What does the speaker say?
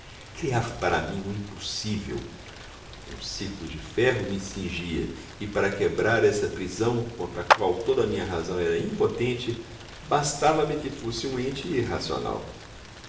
criava para mim o impossível um círculo de ferro me cingia e para quebrar essa prisão contra a qual toda a minha razão era impotente bastava-me que fosse um ente irracional